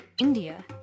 India